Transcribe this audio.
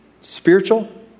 spiritual